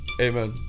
Amen